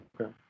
Okay